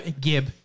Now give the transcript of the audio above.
gib